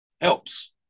helps